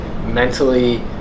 mentally